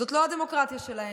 זאת לא הדמוקרטיה שלהם.